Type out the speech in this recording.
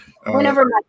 Whenever